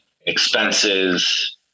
expenses